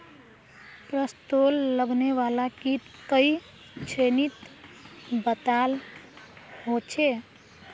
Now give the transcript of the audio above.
फस्लोत लगने वाला कीट कई श्रेनित बताल होछे